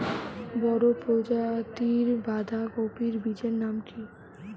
বড় প্রজাতীর বাঁধাকপির বীজের নাম কি?